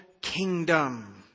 kingdom